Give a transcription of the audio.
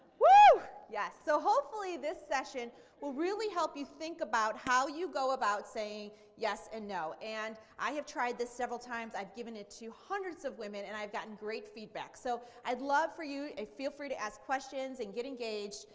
whoo! yes. so hopefully this session will really help you think about how you go about saying yes and no. and i have tried this several times. i've given it to hundreds of women, and i've gotten great feedback. so i'd love for you feel free to ask questions and get engaged,